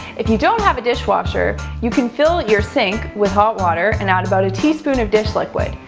if you don't have a dishwasher, you can fill your sink with hot water and add about a teaspoon of dish liquid.